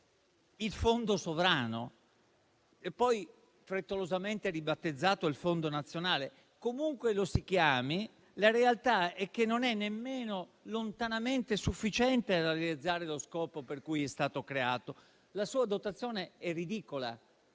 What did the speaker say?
il fondo sovrano, poi frettolosamente ribattezzato Fondo nazionale. Comunque lo si chiami, la realtà è che non è nemmeno lontanamente sufficiente per realizzare lo scopo per cui è stato creato. La sua dotazione è ridicola: